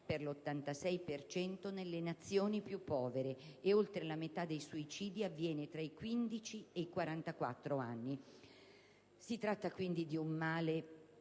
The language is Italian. per cento nelle Nazioni più povere; oltre la metà dei suicidi avviene tra i 15 e i 44 anni. Si tratta di un male